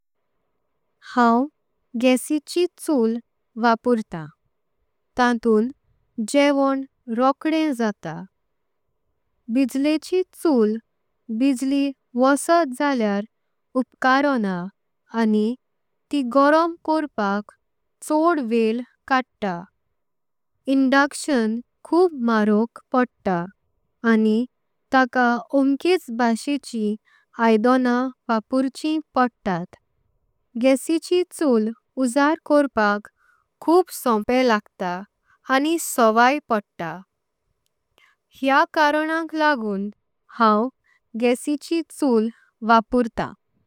हांव ग्यासची चुल वापुर्ता तांतूण जेवणं रोकडें जातां। बिजलीची चुल बिजली वसत जाल्यार उपकारण आनी। ती गरम करपाक छोड वेळ कडता इंडक्शन खूब मारग। पडता आनी ताका ओंकेच भाषेची आइदोंना वापुर्ची पडतां। ग्यासची चुल उजाऱ कोरपाक खूब सोपे लागतां आनी। सोवाय पडतां हेया कारणाक लागून हांव ग्यासची चुल वापुर्ता।